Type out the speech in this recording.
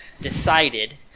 decided